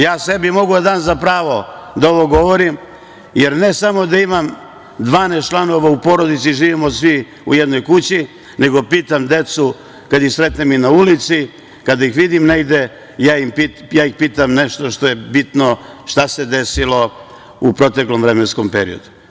Ja sebi mogu da dam za pravo da ovo govorim, jer ne samo da imam 12 članova u porodici, živimo svi u jednoj kući, nego pitam decu kada ih sretnem i na ulici, kada ih vidim negde, ja ih pitam nešto što je bitno šta se desilo u proteklom vremenskom periodu.